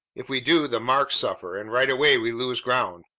if we do, the marks suffer and right away we lose ground.